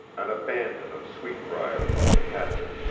an abandon of sweetbrier and hepatica.